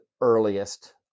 earliest